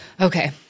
Okay